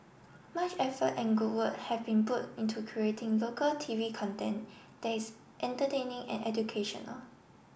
much effort and good work have been put into creating local T V content that's entertaining and educational